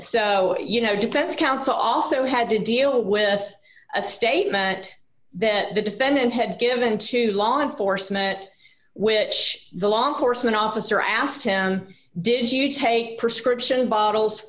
so you know defense counsel also had to deal with a statement that the defendant had given to law enforcement at which the long course an officer asked him did you take prescription bottles